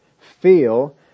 feel